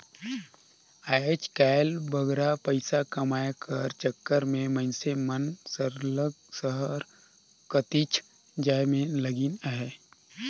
आएज काएल बगरा पइसा कमाए कर चक्कर में मइनसे मन सरलग सहर कतिच जाए में लगिन अहें